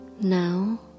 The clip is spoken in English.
Now